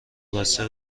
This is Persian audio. بسته